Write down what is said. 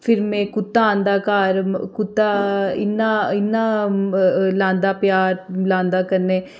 फिर में कुत्ता आंदा घर कुत्ता इ'न्ना इ'न्ना लांदा प्यार लांदा कन्नै